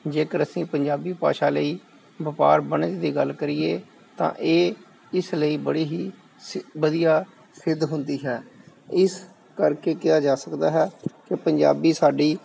ਜੇਕਰ ਅਸੀਂ ਪੰਜਾਬੀ ਭਾਸ਼ਾ ਲਈ ਵਪਾਰ ਵਣਜ ਦੀ ਗੱਲ ਕਰੀਏ ਤਾਂ ਇਹ ਇਸ ਲਈ ਬੜੀ ਹੀ ਵਧੀਆ ਸਿੱਧ ਹੁੰਦੀ ਹੈ ਇਸ ਕਰਕੇ ਕਿਹਾ ਜਾ ਸਕਦਾ ਹੈ ਕਿ ਪੰਜਾਬੀ ਸਾਡੀ